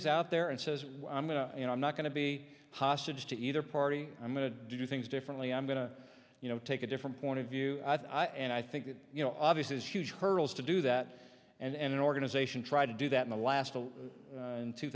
is out there and says i'm going to you know i'm not going to be hostage to either party i'm going to do things differently i'm going to you know take a different point of view and i think that you know obviously it's huge hurdles to do that and an organization tried to do that in the last in two